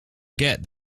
get